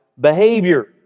behavior